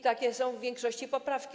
Takie są w większości poprawki.